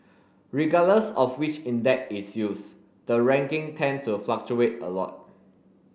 regardless of which index is used the ranking tend to fluctuate a lot